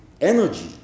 energy